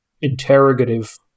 interrogative-